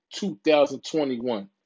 2021